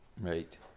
Right